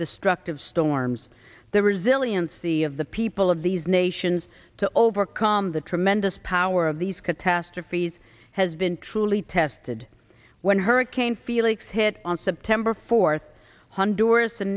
destructive storms the resiliency of the people of these nations to overcome the tremendous power of these catastrophes has been truly tested when hurricane felix hit on september fourth one dur